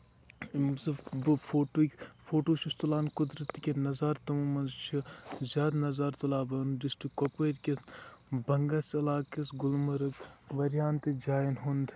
ییٚمہِ ساتہٕ بہٕ فوٹو فوٹو چھُس تُلان قُدرَت کین نَظارٕ تِمو منٛز چھُ زیادٕ نَظارٕ تُلان بہٕ ڈِسٹرک کۄپوٲرۍ کٮ۪ن بَنگَس علاقس گُلمَرگ واریاہن جاین ہُند